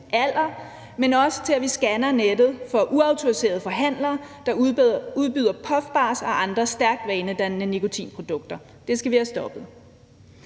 men også til at scanne nettet for uautoriserede forhandlere, der udbyder puffbars og andre stærkt vanedannende nikotinprodukter. Det skal vi have stoppet.